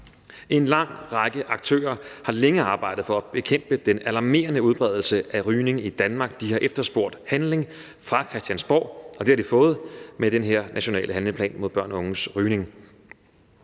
En lang række aktører har længe arbejdet for at bekæmpe den alarmerende udbredelse af rygning i Danmark. De har efterspurgt handling fra Christiansborg, og det har de fået med den her nationale handleplan mod børn og unges rygning.